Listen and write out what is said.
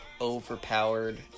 overpowered